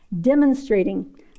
demonstrating